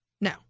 No